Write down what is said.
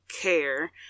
care